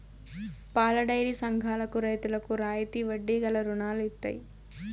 పాలడైరీ సంఘాలకు రైతులకు రాయితీ వడ్డీ గల రుణాలు ఇత్తయి